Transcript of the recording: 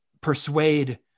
persuade